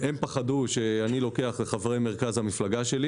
והם פחדו שאני לוקח לחברי מרכז המפלגה שלי